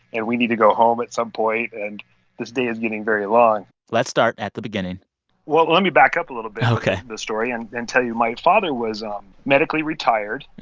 and we need to go home at some point. and this day is getting very long let's start at the beginning well, let me back up a little bit. ok. in the story and and tell you my father was um medically retired,